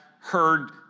heard